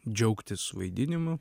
džiaugtis vaidinimu